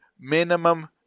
minimum